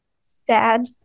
Sad